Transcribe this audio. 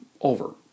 over